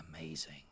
amazing